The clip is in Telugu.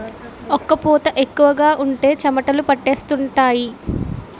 ఒక్క పూత ఎక్కువగా ఉంటే చెమటలు పట్టేస్తుంటాయి